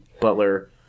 Butler